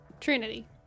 Trinity